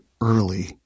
early